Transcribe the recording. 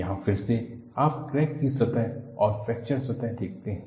यहां फिर से आप क्रैक की सतह और फ्रैक्चर सतह देखते हैं